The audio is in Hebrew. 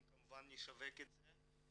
אם כמובן נשווק את זה,